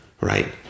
right